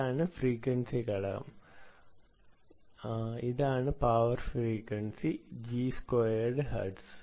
ഇതാണ് ഫ്രീക്വൻസി ഘടകം ഇതാണ് power frequency G squared hertz